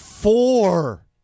Four